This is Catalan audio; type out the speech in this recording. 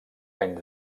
anys